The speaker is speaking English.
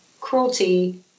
cruelty